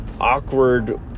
awkward